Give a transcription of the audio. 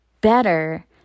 better